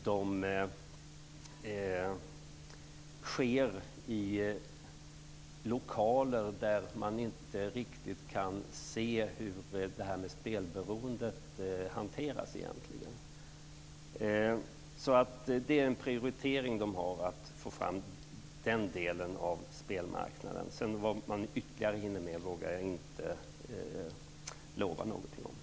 De sker i lokaler där man inte riktigt kan se hur spelberoendet egentligen hanteras. Det är en prioritering att få fram bestämmelser för den delen av spelmarknaden. Vad man ytterligare hinner med vågar jag inte lova något om.